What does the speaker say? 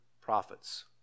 prophets